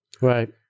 right